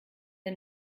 der